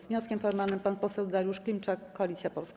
Z wnioskiem formalnym pan poseł Dariusz Klimczak, Koalicja Polska.